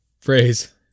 phrase